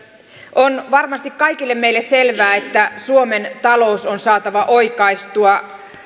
on varmasti kaikille meille selvää että suomen talous on saatava oikaistua